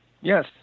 Yes